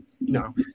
no